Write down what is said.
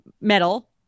metal